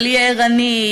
אבל יהיה ערני,